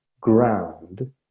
ground